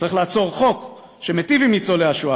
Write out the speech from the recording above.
כשצריך לעצור חוק שמיטיב עם ניצולי השואה